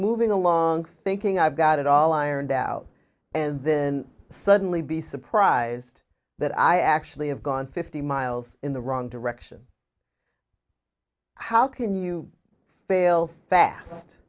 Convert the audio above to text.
moving along thinking i've got it all ironed out and then suddenly be surprised that i actually have gone fifty miles in the wrong direction how can you fail fa